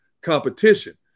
competition